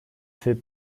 fait